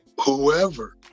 Whoever